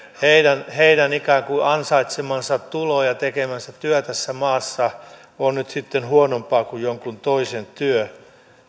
ikään kuin heidän ansaitsemansa tulo ja tekemänsä työ tässä maassa on nyt sitten huonompaa kuin jonkun toisen työ